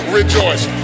rejoice